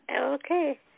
Okay